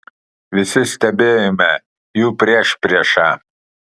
visi stebėjome jų priešpriešą